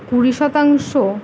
কুড়ি শতাংশ